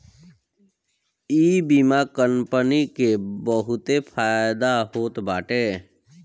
इ बीमा कंपनी के बहुते फायदा होत बाटे